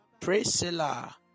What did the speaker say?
Priscilla